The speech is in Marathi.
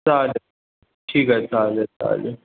चालेल ठीक आहे चालेल चालेल